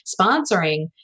Sponsoring